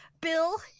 Bill